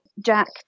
Jack